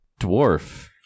dwarf